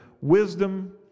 wisdom